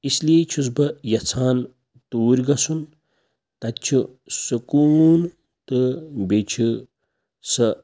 اِسلیے چھُس بہٕ یَژھان توٗرۍ گَژھُن تَتہِ چھُ سکوٗن تہٕ بیٚیہِ چھُ سۄ